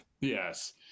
yes